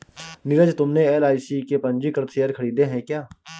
नीरज तुमने एल.आई.सी के पंजीकृत शेयर खरीदे हैं क्या?